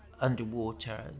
underwater